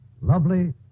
Lovely